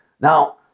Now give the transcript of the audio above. Now